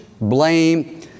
blame